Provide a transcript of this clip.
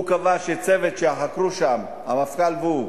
הוא קבע שהצוות שיחקור שם, המפכ"ל והוא,